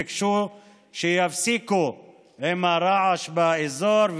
ביקשו שיפסיקו עם הרעש באזור,